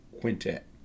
Quintet